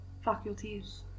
faculties